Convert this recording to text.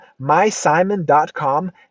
mysimon.com